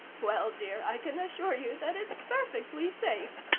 well, dear, i can assure you that it's perfectly safe.